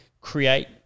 create